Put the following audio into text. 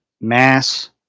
mass